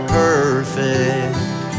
perfect